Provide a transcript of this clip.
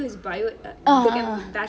ah ah